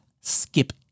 skip